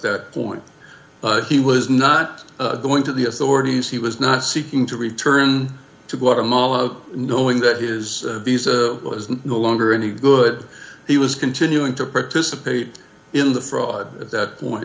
that point but he was not going to the authorities he was not seeking to return to guatemala knowing that is no longer any good he was continuing to participate in the fraud at that point